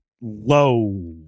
low